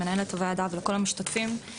מנהלת הוועדה ולכל המשתתפים.